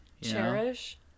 Cherish